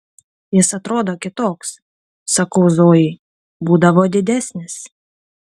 jis atrodo kitoks sakau zojai būdavo didesnis